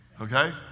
okay